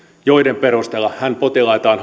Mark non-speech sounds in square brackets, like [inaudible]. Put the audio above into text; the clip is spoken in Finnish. joiden perusteella hän potilaitaan [unintelligible]